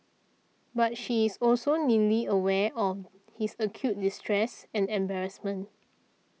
but she is also neatly aware of his acute distress and embarrassment